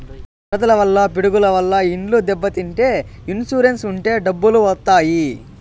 వరదల వల్ల పిడుగుల వల్ల ఇండ్లు దెబ్బతింటే ఇన్సూరెన్స్ ఉంటే డబ్బులు వత్తాయి